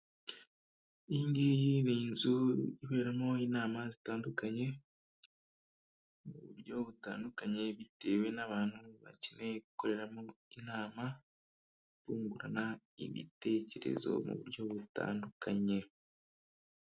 Iyi ngiyi ni inzu iberamo inama zitandukanye mu buryo butandukanye, bitewe n'abantu bakeneye gukoreramo inama, bungurana ibitekerezo mu buryo butandukanye.